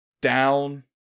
down